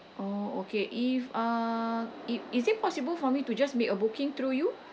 oh okay if uh it is it possible for me to just make a booking through you